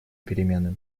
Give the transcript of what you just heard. перемены